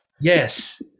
Yes